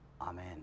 Amen